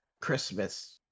Christmas